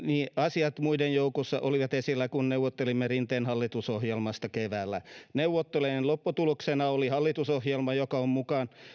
asiat muiden joukossa olivat esillä kun neuvottelimme rinteen hallitusohjelmasta keväällä neuvottelujen lopputuloksena oli hallitusohjelma